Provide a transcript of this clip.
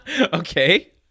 Okay